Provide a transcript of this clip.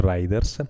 Riders